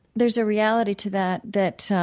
there's a reality to that that